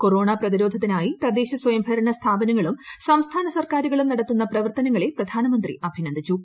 corona പ്രതിരോധത്തിനായി തദ്ദേശസ്വയം ഭരണ സ്ഥാപനങ്ങളും സംസ്ഥാന സർക്കാരുകളും നടത്തുന്ന പ്രവർത്തനങ്ങളെ പ്രധാനമന്ത്രി അഭിനന്ദിച്ചു